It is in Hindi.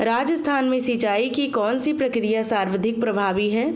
राजस्थान में सिंचाई की कौनसी प्रक्रिया सर्वाधिक प्रभावी है?